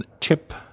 Chip